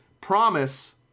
promise